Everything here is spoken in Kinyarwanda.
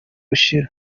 gushira